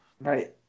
Right